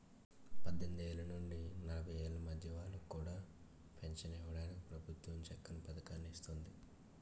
పద్దెనిమిదేళ్ల నుండి నలభై ఏళ్ల మధ్య వాళ్ళకి కూడా పెంచను ఇవ్వడానికి ప్రభుత్వం చక్కని పదకాన్ని ఇస్తోంది